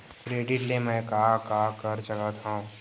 Credit ले मैं का का कर सकत हंव?